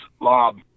Lob